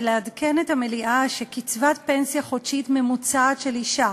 ולעדכן את המליאה שקצבת פנסיה חודשית ממוצעת של אישה,